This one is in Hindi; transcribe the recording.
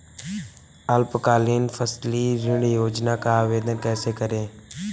अल्पकालीन फसली ऋण योजना का आवेदन कैसे करें?